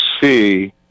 see